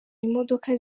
imodoka